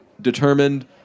determined